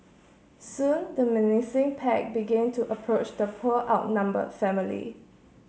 soon the menacing pack began to approach the poor outnumber family